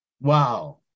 Wow